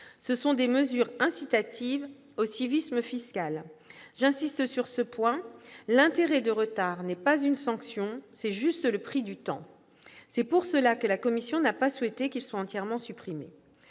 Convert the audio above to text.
ce sont des mesures incitatives au civisme fiscal. J'insiste sur ce point : l'intérêt de retard n'est pas une sanction, c'est le « prix du temps ». C'est pour cela que la commission n'a pas souhaité qu'il soit entièrement supprimé.